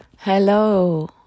Hello